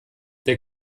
der